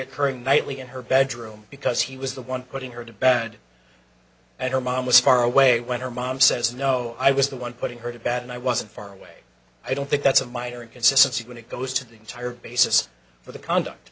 occurring nightly in her bedroom because he was the one putting her to bad and her mom was far away when her mom says no i was the one putting her to bad and i wasn't far away i don't think that's a minor inconsistency when it goes to the entire basis for the conduct